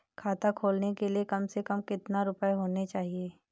खाता खोलने के लिए कम से कम कितना रूपए होने चाहिए?